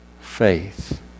faith